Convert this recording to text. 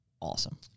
awesome